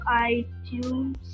itunes